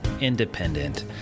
independent